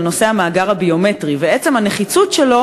בנושא המאגר הביומטרי ועצם הנחיצות שלו,